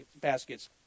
baskets